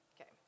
Okay